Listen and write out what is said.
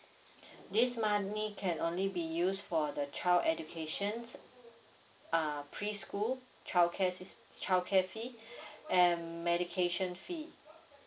this money can only be used for the child education uh preschool childcare sys~ childcare fee and medication fee